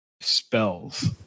spells